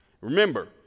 Remember